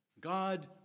God